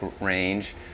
range